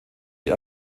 die